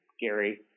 Gary